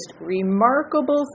remarkable